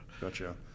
gotcha